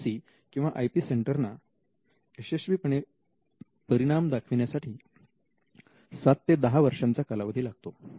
IPC किंवा I P centre ना यशस्वीपणे परिणाम दाखविण्यासाठी सात ते दहा वर्षांचा कालावधी लागतो